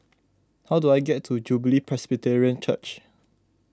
how do I get to Jubilee Presbyterian Church